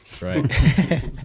Right